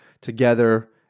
together